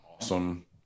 Awesome